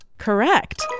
Correct